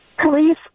Police